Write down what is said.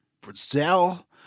Brazil